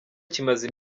kimaze